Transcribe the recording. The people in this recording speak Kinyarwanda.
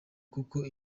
kuko